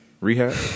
Rehab